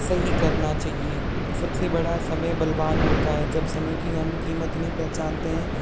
सही करना चहिए सब से बड़ा समय बलवान होता है जब समय की हम कीमत नहीं पहचानते हैं